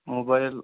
mobile